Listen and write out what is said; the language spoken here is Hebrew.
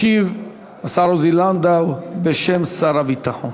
ישיב השר עוזי לנדאו בשם שר הביטחון.